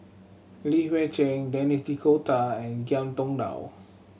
Li Hui Cheng Denis D'Cotta and Ngiam Tong Dow